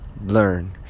learn